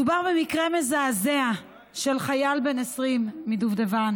מדובר במקרה מזעזע של חייל בן 20 מדובדבן